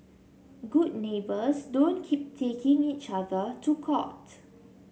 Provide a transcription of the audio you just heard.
good neighbours don't keep taking each other to court